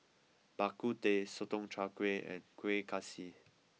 Bak Kut Teh Sotong Char Kway and Kueh Kaswi